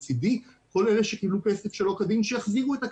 מצדי כל אלה שקיבלו פנסיות שלא כדין שיחזירו את הכסף,